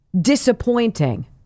disappointing